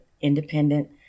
independent